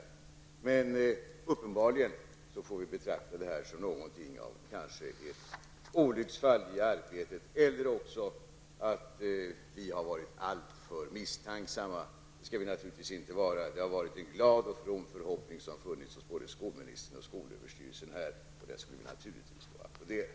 Vi får uppenbarligen betrakta det här som någonting av ett olycksfall i arbetet, eller också har vi varit alltför misstänksamma. Det skall vi naturligtvis inte vara. Det har varit en glad och from förhoppning hos både skolministern och skolöverstyrelsen. Den skall vi naturligtvis applådera.